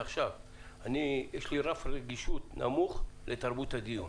יש לי רף רגישות נמוך לתרבות הדיור.